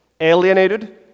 alienated